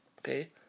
Okay